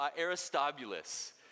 Aristobulus